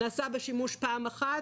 נעשה בה שימוש פעם אחת.